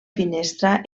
finestra